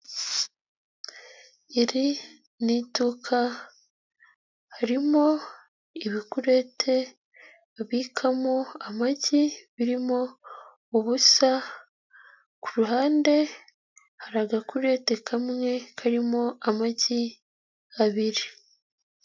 Iri ni iduka harimo ibikurete babikamo amagi birimo ubusa, ku ruhande hari agakurete kamwe karimo amagi abiri.